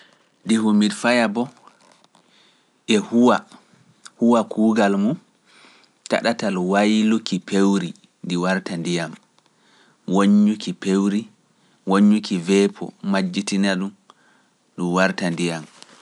Humidifaya bo e huwa kuugal mum ta ɗatal waylu ki pewri ndi warta ndiyam woññu ki pewri woññu ki veepo majjitina ɗum, ɗum warta ndiyam